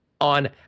on